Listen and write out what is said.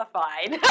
fine